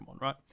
right